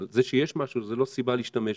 אבל זה שיש משהו זה לא סיבה להשתמש בו,